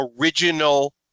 original